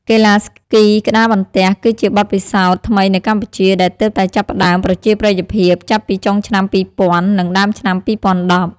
កីឡាស្គីក្ដារបន្ទះ គឺជាបទពិសោធន៍ថ្មីនៅកម្ពុជា ដែលទើបតែចាប់ផ្ដើមប្រជាប្រិយភាពចាប់ពីចុងឆ្នាំ ២០០០ និងដើមឆ្នាំ ២០១០។